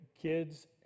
kids